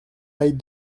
aille